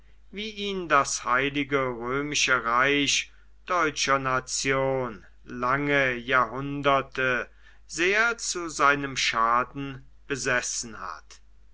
wie ihn das heilige römische reich deutscher nation lange jahrhunderte sehr zu seinem schaden besessen hat